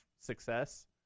success